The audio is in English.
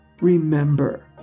Remember